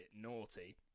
naughty